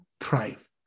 thrive